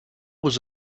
was